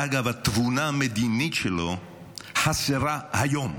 אגב, התבונה המדינית שלו חסרה היום.